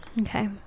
Okay